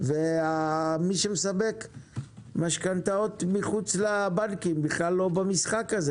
ומי שמספק משכנתאות מחוץ לבנקים בכלל לא במשחק הזה.